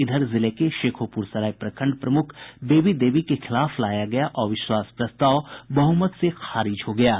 इधर जिले के शेखोपुर सराय प्रखंड प्रमुख बेबी देवी के खिलाफ लाया गया अविश्वास प्रस्ताव बहुमत से खारिज हो गया है